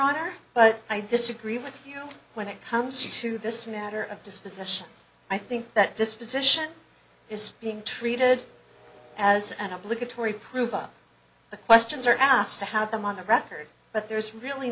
honor but i disagree with you when it comes to this matter of dispossession i think that this position is being treated as an obligatory prove up the questions are asked to have them on the record but there's really